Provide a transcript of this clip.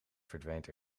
verdwijnt